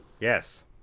Yes